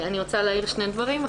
אני רוצה להעיר שני דברים.